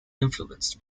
influenced